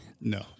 no